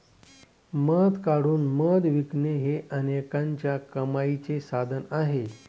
मध काढून मध विकणे हे अनेकांच्या कमाईचे साधन आहे